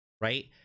right